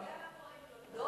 אתה יודע מה קורה עם יולדות?